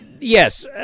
yes